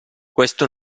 questo